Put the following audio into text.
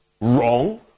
wrong